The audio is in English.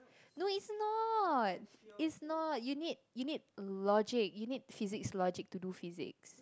no it's not it's not you need you need logic you need physics logic to do physics